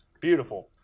Beautiful